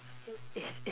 it's